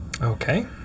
Okay